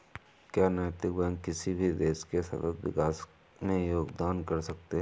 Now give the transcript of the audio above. क्या नैतिक बैंक किसी भी देश के सतत विकास में योगदान कर सकते हैं?